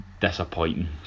disappointing